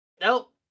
Nope